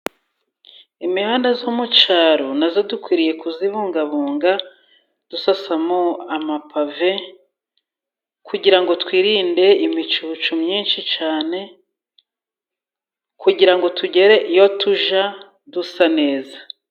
Imihanda yo mu cyaro na yo dukwiriye kuyibungabunga, dusasamo amapave kugira ngo twirinde imicucu myinshi cyane, kugira ngo tugere iyo tujya dusa neza.